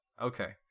Okay